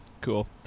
cool